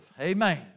Amen